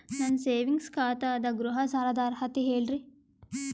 ನನ್ನ ಸೇವಿಂಗ್ಸ್ ಖಾತಾ ಅದ, ಗೃಹ ಸಾಲದ ಅರ್ಹತಿ ಹೇಳರಿ?